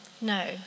No